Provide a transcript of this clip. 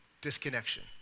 disconnection